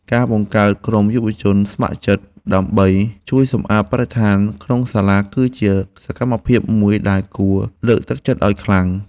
ការបង្កើតក្រុមយុវជនស្ម័គ្រចិត្តដើម្បីជួយសម្អាតបរិស្ថានក្នុងសាលា គឺជាសកម្មភាពមួយដែលគួរលើកទឹកចិត្តឱ្យខ្លាំង។